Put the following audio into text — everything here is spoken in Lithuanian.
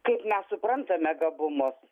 kaip mes suprantame gabumus